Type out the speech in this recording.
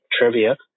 trivia